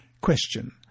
Question